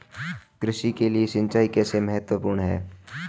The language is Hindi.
कृषि के लिए सिंचाई कैसे महत्वपूर्ण है?